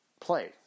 play